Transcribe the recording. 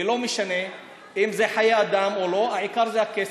ולא משנה אם זה חיי אדם או לא, העיקר הכסף.